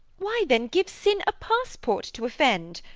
why then, give sin a passport to offend,